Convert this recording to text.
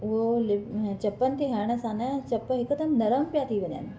उहो चपनि ते हणण सां न चपु हिकदमि नरम पिया थी वञनि